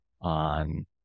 on